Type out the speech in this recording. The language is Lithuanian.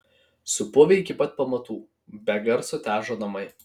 supuvę iki pat pamatų be garso težo namai